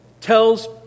tells